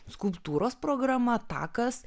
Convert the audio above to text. skulptūros programa takas